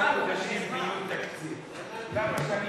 יחסית לשעה